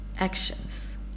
actions